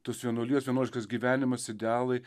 tos vienuolijos vienuoliškas gyvenimas idealai